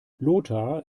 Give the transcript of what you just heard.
lothar